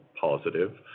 positive